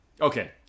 Okay